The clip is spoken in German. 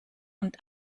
und